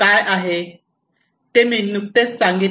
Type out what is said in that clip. ते मी नुकतेच सांगितले